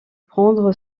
prendre